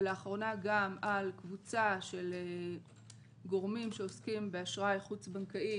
ולאחרונה גם על קבוצה של גורמים שעוסקים באשראי חוץ-בנקאי